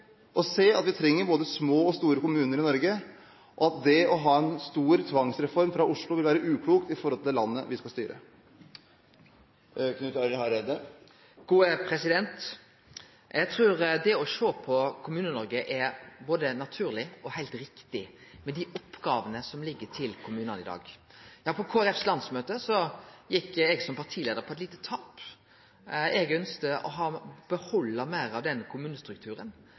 og se at vi trenger både små og store kommuner i Norge, og at det å få en stor tvangsreform fra Oslo ville være uklokt for landet vi skal styre? Eg trur at det å sjå på dei oppgåvene som ligg til Kommune-Noreg i dag, er både naturleg og heilt riktig. På Kristeleg Folkepartis landsmøte gjekk eg som partileiar på eit lite tap. Eg ønskte å behalde kommunestrukturen. Det eg opplevde, var at det var kommunepolitikarar frå heile landet som sa: Dei oppgåvene me har, passar ikkje med den kommunestrukturen